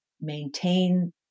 maintain